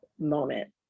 moment